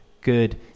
good